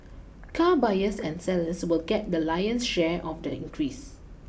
car buyers and sellers will get the lion's share of the increase